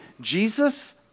Jesus